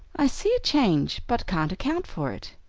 i see a change, but can't account for it.